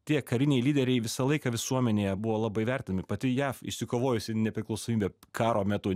tie kariniai lyderiai visą laiką visuomenėje buvo labai vertinami pati jav išsikovojusi nepriklausomybę karo metu